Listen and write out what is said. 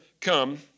Come